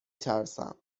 ترسم